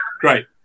Great